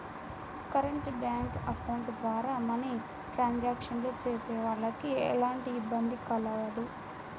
current bank account ద్వారా money transactions చేసేవాళ్ళకి ఎలాంటి ఇబ్బంది కలగదు